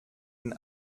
den